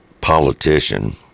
politician